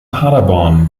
paderborn